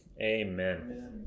Amen